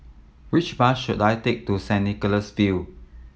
which bus should I take to Saint Nicholas View